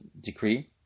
decree